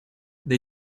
they